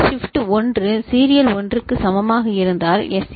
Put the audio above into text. shift 1 serial க்கு சமமாக இருந்தால் எஸ்